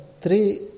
three